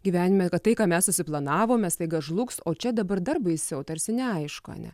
gyvenime kad tai ką mes susiplanavom mes staiga žlugs o čia dabar dar baisiau tarsi neaišku ar ne